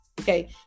Okay